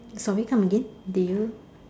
sorry come again do you